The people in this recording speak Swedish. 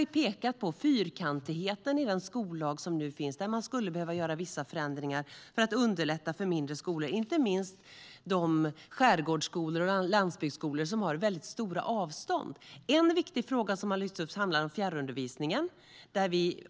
Vi har pekat på fyrkantigheten i den skollag som nu finns och att man skulle behöva göra vissa ändringar för att underlätta för mindre skolor, inte minst de skärgårdsskolor och landsbygdsskolor som har väldigt stora avstånd. En viktig fråga som har lyfts upp handlar om fjärrundervisningen.